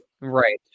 Right